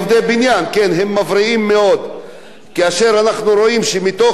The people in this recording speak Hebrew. כאשר אנחנו רואים שמתוך התאונות הקטלניות,